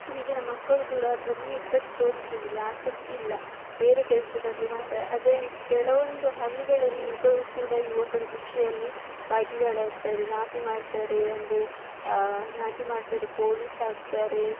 ಈಗಿನ ಮಕ್ಕಳು ಕೂಡ ಅದರಲ್ಲಿ ಇಂಟ್ರೆಸ್ಟ್ ತೋರಿಸುವುದಿಲ್ಲ ಆಸಕ್ತಿ ಇಲ್ಲ ಬೇರೆ ಕೆಲಸದಲ್ಲಿ ಮಾತ್ರ ಆದರೆ ಕೆಲವೊಂದು ಹಳ್ಳಿಗಳಲ್ಲಿ ಈಗಲು ಕೂಡ ಯುವಕರು ಕೃಷಿಯಲ್ಲಿ ಭಾಗಿಗಳಾಗ್ತಾರೆ ನಾಟಿ ಮಾಡ್ತಾರೆ ಅಂದರೆ ನಾಟಿ ಮಾಡ್ತಾರೆ ಕೋಳಿ ಸಾಕ್ತಾರೆ